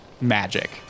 magic